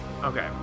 Okay